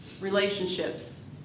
relationships